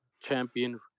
champion